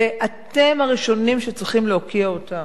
ואתם הראשונים שצריכים להוקיע אותם.